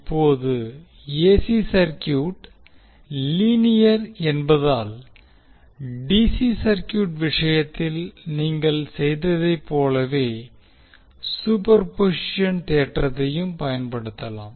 இப்போது AC circuit linear என்பதால் DC circuit விஷயத்தில் நீங்கள் செய்ததைப் போலவே சூப்பர்பொசிஷன் தேற்றத்தையும் பயன்படுத்தலாம்